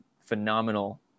Phenomenal